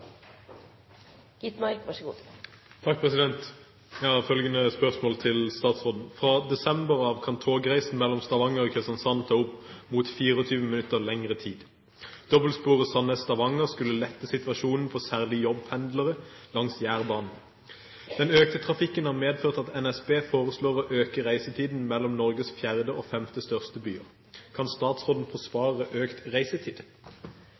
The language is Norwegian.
statsråden: «Fra desember av kan togreisen mellom Stavanger og Kristiansand ta opp mot 24 minutter lengre tid. Dobbeltsporet Sandnes–Stavanger skulle lette situasjonen for særlig jobbpendlere langs Jærbanen. Den økte trafikken har medført at NSB foreslår å øke reisetiden mellom Norges fjerde og femte største byer. Kan statsråden forsvare økt reisetid?»